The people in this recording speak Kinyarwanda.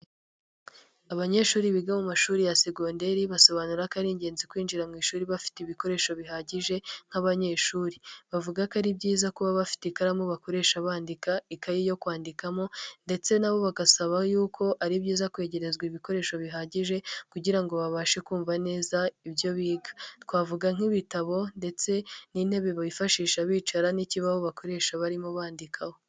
Abanyeshuri biga mu mashuri ya segonderi basobanura ko ari ingenzi kwinjira mu ishuri bafite ibikoresho bihagije nk'abanyeshuri. Bavuga ko ari byiza kuba bafite ikaramu bakoresha bandika, ikayi yo kwandikamo, ndetse nabo bagasaba yuko ari byiza kwegerezwa ibikoresho bihagije, kugira ngo babashe kumva neza ibyo biga. Twavuga nk'ibitabo ndetse n'intebe bifashisha bicara, n'ikibaho bakoresha barimo bandikaho.